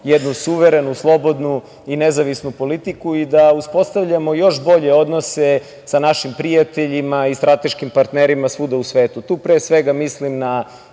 jednu suverenu, slobodnu i nezavisnu politiku i da uspostavljamo još bolje odnose sa našim prijateljima i strateškim partnerima svuda u svetu. Tu, pre svega, mislim na